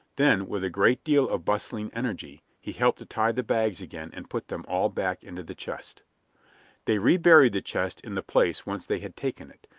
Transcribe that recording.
then, with a great deal of bustling energy, he helped to tie the bags again and put them all back into the chest they reburied the chest in the place whence they had taken it,